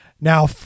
Now